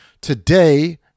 Today